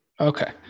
okay